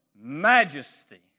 majesty